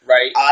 Right